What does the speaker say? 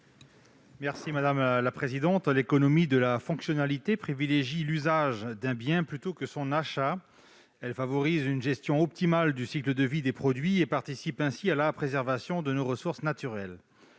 M. Stéphane Artano. L'économie de la fonctionnalité privilégie l'usage d'un bien plutôt que son achat. Elle favorise une gestion optimale du cycle de vie des produits et participe à la préservation de nos ressources naturelles.